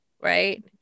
right